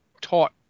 taught